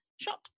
shot